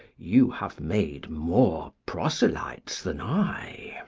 you have made more proselytes than i.